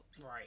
Right